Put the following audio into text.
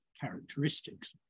characteristics